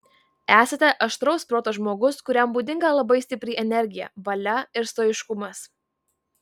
esate aštraus proto žmogus kuriam būdinga labai stipri energija valia ir stoiškumas